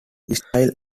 stile